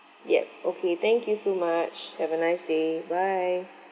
yeah okay thank you so much have a nice day bye